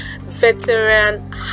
veteran